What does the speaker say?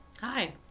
Hi